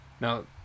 now